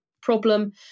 problem